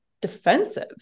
defensive